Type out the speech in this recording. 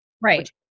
Right